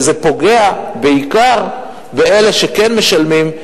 זה פוגע בעיקר באלה שכן משלמים,